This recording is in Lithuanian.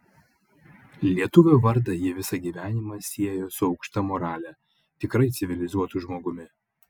lietuvio vardą ji visą gyvenimą siejo su aukšta morale tikrai civilizuotu žmogumi